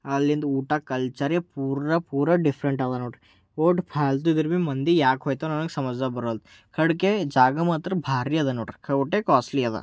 ಅಲ್ಲಿಂದ ಊಟ ಕಲ್ಚರೇ ಪೂರಾ ಪೂರಾ ಡಿಫ್ರೆಂಟ್ ಇದೆ ನೋಡಿರಿ ಅಷ್ಟು ಫಾಲ್ತು ಇದ್ರು ಭೀ ಮಂದಿ ಯಾಕೆ ಹೋಗ್ತಾವೆ ಸಮಝ್ದಾಗೆ ಬರೋಲ್ಲ ಕಡ್ಗೆ ಜಾಗ ಮಾತ್ರ ಭಾರಿ ಅದ ನೋಡಿರಿ ಕ್ವಾಸ್ಲಿ ಅದ